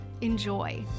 Enjoy